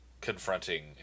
confronting